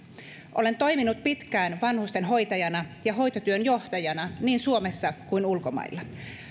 olen toiminut pitkään vanhusten hoitajana ja hoitotyön johtajana niin suomessa kuin ulkomailla